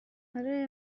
اره